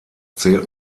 zählt